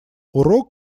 урок